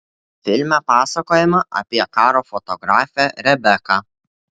filme pasakojama apie karo fotografę rebeką